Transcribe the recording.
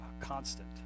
constant